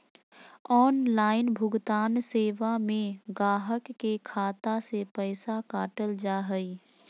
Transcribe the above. online भुगतान सेवा में गाहक के खाता से पैसा काटल जा हइ